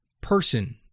person